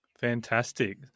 Fantastic